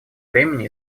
времени